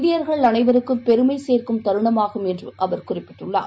இந்தியர்கள் அனைவருக்கும் பெருமைசேர்க்கும் தருணமாகும் என்றுஅவர் குறிப்பிட்டுள்ளார்